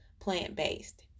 plant-based